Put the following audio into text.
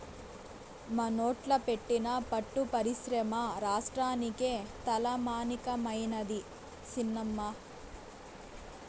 మనోట్ల పెట్టిన పట్టు పరిశ్రమ రాష్ట్రానికే తలమానికమైనాది సినమ్మా